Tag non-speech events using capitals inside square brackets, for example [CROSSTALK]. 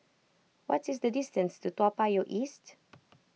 what is the distance to Toa Payoh East [NOISE]